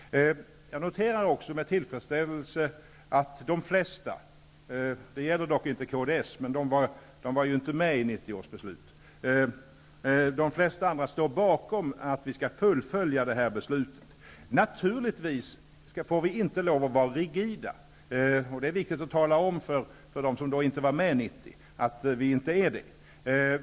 Jag noterar också med tillfredsställelse att de flesta -- det gäller inte kds, som dock inte var med i beslutet -- står bakom att vi skall fullfölja detta beslut. Naturligtvis får vi inte vara rigida, och det är viktigt att tala om för dem som inte var med 1990 att vi inte är det.